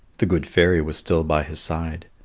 the good fairy was still by his side.